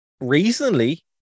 recently